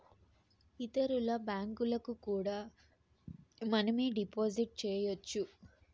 ఇతరుల బ్యాంకులకు కూడా మనమే డిపాజిట్ చేయొచ్చు